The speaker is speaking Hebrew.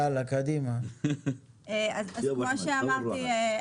כמו שאמרתי,